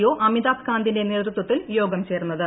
O Amitabh കാന്തിന്റെ നേതൃത്വത്തിൽ യോഗം ചേർന്നത്